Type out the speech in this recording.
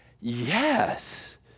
yes